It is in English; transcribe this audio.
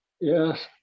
yes